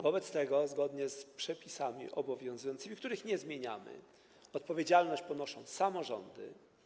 Wobec tego zgodnie z przepisami obowiązującymi, których nie zmieniamy, odpowiedzialność ponoszą samorządy.